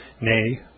nay